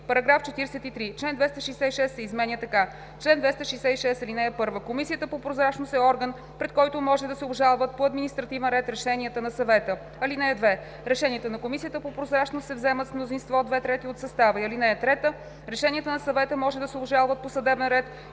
§ 43: „§ 43. Член 266 се изменя така: „Чл. 266. (1) Комисията по прозрачност е орган, пред който може да се обжалват по административен ред решенията на съвета. (2) Решенията на Комисията по прозрачност се вземат с мнозинство две трети от състава ѝ. (3) Решенията на съвета може да се обжалват по съдебен ред